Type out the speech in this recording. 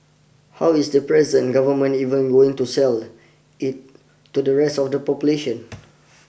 how is the present government even going to sell it to the rest of the population